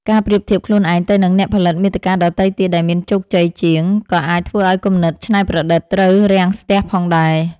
ការប្រៀបធៀបខ្លួនឯងទៅនឹងអ្នកផលិតមាតិកាដទៃទៀតដែលមានជោគជ័យជាង ក៏អាចធ្វើឱ្យគំនិតច្នៃប្រឌិតត្រូវរាំងស្ទះផងដែរ។